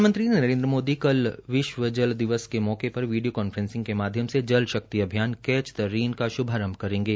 प्रधानमंत्री नरेन्द्र मोदी कल विश्व जल दिवस के मौके पर वीडियो कॉन्फ्रेसिंग के माध्यम से जल शकित अभियान कैच दी रेन का श्भारंभ करेंगे